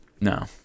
No